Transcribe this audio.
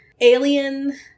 alien